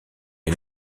est